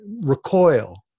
recoil